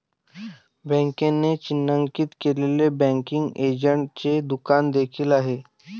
बँकेने चिन्हांकित केलेले बँकिंग एजंटचे दुकान देखील आहे